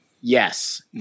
Yes